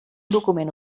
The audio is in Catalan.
document